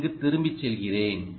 நான் இங்கு திரும்பிச் செல்கிறேன்